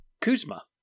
Kuzma